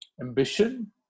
ambition